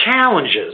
challenges